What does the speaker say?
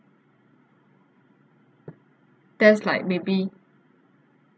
that's like maybe